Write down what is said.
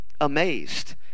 Amazed